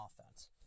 offense